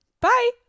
bye